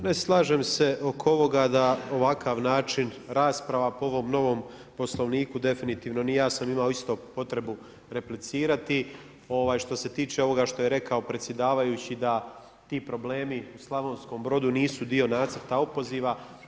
Ne slažem se oko ovoga da ovakav način rasprava po ovom novom Poslovniku definitivno … i ja sam imao isto potrebu replicirati što se tiče ovoga što je rekao predsjedavajući da ti problemi u Slavonskom Brodu nisu dio nacrta opoziva.